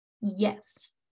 Yes